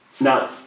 Now